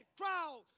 crowd